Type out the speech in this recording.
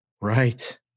Right